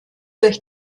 durch